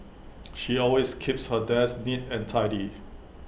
she always keeps her desk neat and tidy